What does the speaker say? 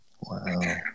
Wow